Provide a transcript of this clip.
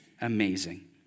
amazing